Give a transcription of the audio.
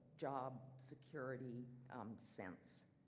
job security sense.